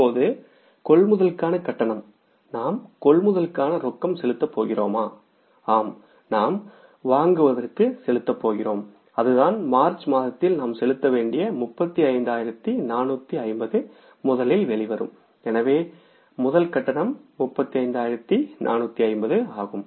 இப்போது நாம் கொள்முதலுக்கான கட்டணம் கொள்முதலுக்கான ரொக்கம் செலுத்தப் போகிறோமா ஆம் நாம் கொள்முதலுக்கு செலுத்தப் போகிறோம் அதுதான் மார்ச் மாதத்தில் நாம் செலுத்த வேண்டிய 35450 முதலில் வெளிவரும் எனவே முதல் கட்டணம் 35450 ஆகும்